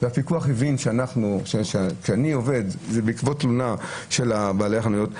והפיקוח הבין שכשאני עובד זה בעקבות תלונה של בעלי החנויות,